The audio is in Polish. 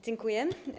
Dziękuję.